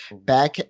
back